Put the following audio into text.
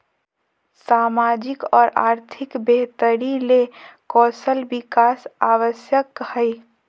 सामाजिक और आर्थिक बेहतरी ले कौशल विकास आवश्यक हइ